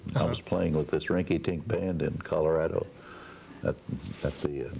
i was playing with this rinky-dink band in colorado at a